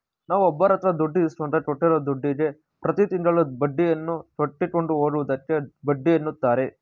ನಾವುಒಬ್ಬರಹತ್ರದುಡ್ಡು ಇಸ್ಕೊಂಡ್ರೆ ಕೊಟ್ಟಿರೂದುಡ್ಡುಗೆ ಪ್ರತಿತಿಂಗಳು ಬಡ್ಡಿಯನ್ನುಕಟ್ಟಿಕೊಂಡು ಹೋಗುವುದಕ್ಕೆ ಬಡ್ಡಿಎನ್ನುತಾರೆ